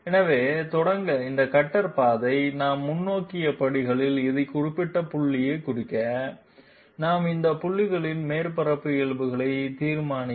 எனவே தொடங்க இந்த கட்டர் பாதை நாம் முன்னோக்கி படிகள் இது குறிப்பிட்ட புள்ளிகள் குறிக்க நாம் இந்த புள்ளிகளில் மேற்பரப்பு இயல்புகள் தீர்மானிக்க